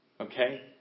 Okay